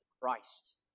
Christ